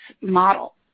model